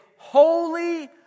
Holy